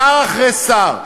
שר אחרי שר,